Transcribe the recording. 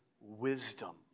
wisdom